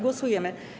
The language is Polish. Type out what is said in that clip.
Głosujemy.